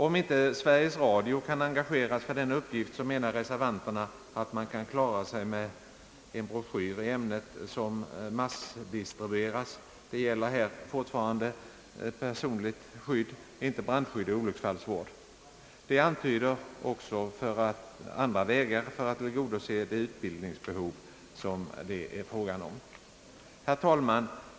Om inte Sveriges Radio kan engageras för denna uppgift menar reservanterna att man kan klara sig med massdistribution av en broschyr i ämnet — det gäller här fortfarande personligt skydd, inte brandskydd eller olycksfallsvård. De antyder också andra vägar för att tillgodose det utbildningsbehov som det är fråga om. Herr talman!